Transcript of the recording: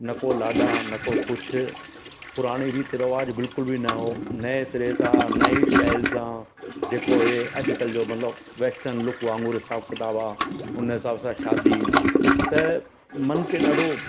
न को लाॾा न को कुझु पुराणी रीति रवाजु बिल्कुलु बि न हो नएं सिरे सां नईं स्टाइल सां जेको जे अॼकल्ह जो मतिलबु वैस्टन लुक वांगुरु हिसाबु किताब आ हुन जे हिसाब सां शादी त मन खे ॾाढो